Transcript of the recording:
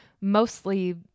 mostly